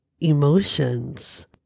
emotions